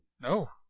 No